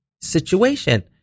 situation